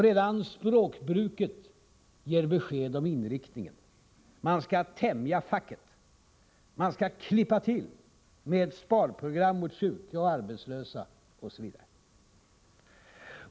Redan språkbruket ger besked om inriktningen. Man skall ”tämja facket”, man skall ”klippa till” med ett sparprogram mot sjuka och arbetslösa osv.